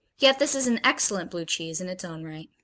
yet this is an excellent, blue cheese in its own right.